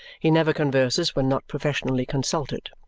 he never converses when not professionally consulted.